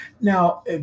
Now